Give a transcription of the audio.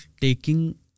taking